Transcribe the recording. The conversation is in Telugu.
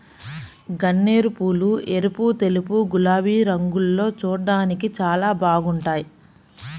గన్నేరుపూలు ఎరుపు, తెలుపు, గులాబీ రంగుల్లో చూడ్డానికి చాలా బాగుంటాయ్